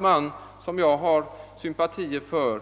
Man får då